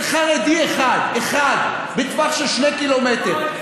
אין חרדי אחד, אחד, בטווח של 2 קילומטר.